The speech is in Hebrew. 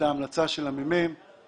המלצת מרכז המחקר והמידע של הכנסת.